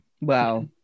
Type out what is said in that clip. Wow